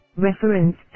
Reference